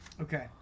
Okay